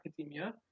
academia